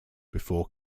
before